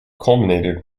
culminated